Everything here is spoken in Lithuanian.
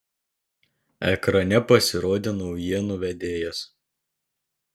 ekrane pasirodė naujienų vedėjas